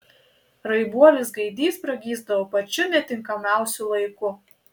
raibuolis gaidys pragysdavo pačiu netinkamiausiu laiku